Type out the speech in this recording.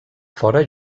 fora